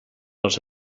els